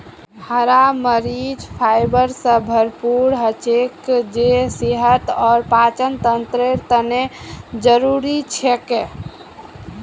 हरा मरीच फाइबर स भरपूर हछेक जे सेहत और पाचनतंत्रेर तने जरुरी छिके